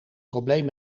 probleem